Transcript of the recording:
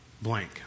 Blank